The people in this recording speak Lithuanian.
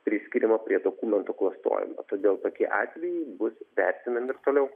priskiriama prie dokumentų klastojimo todėl tokie atvejai bus vertinami ir toliau